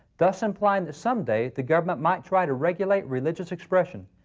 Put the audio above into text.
thus implying that some day the government might try to regulate religious expression.